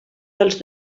dels